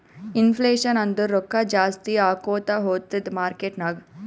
inflation ಅಂದುರ್ ರೊಕ್ಕಾ ಜಾಸ್ತಿ ಆಕೋತಾ ಹೊತ್ತುದ್ ಮಾರ್ಕೆಟ್ ನಾಗ್